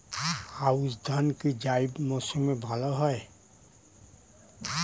আউশ ধান কি জায়িদ মরসুমে ভালো হয়?